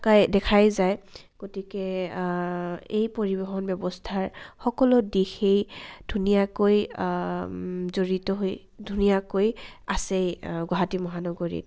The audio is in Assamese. প্ৰায় দেখাই যায় গতিকে এই পৰিবহণ ব্যৱস্থাৰ সকলো দিশেই ধুনীয়াকৈ জড়িত হৈ ধুনীয়াকৈ আছেই গুৱাহাটী মহানগৰীত